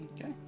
Okay